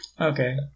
Okay